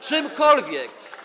czymkolwiek.